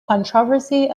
controversy